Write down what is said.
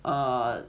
err